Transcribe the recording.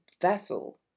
vessel